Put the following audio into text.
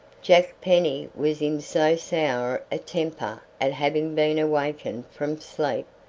jack penny was in so sour a temper at having been awakened from sleep,